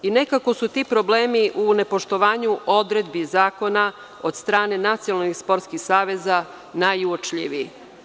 Nekako su ti problemi u nepoštovanju odredbi zakona od strane nacionalnih sportskih saveza najuočljiviji.